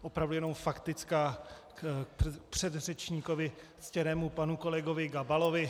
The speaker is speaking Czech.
Opravdu jenom faktická k předřečníkovi ctěnému panu kolegovi Gabalovi.